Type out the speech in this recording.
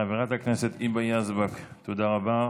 חברת הכנסת היבה יזבק, תודה רבה.